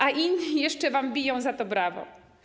A inni jeszcze wam biją za to brawo.